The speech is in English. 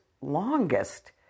longest